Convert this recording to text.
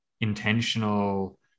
intentional